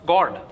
God